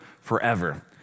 forever